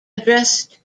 addressed